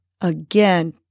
Again